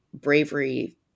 bravery